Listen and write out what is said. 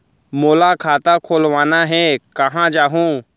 मोला खाता खोलवाना हे, कहाँ जाहूँ?